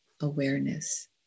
awareness